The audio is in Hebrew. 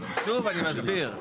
שוב, אני מסביר.